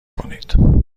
کنید